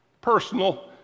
personal